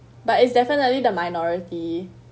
but it's definitely the minority